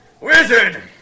Wizard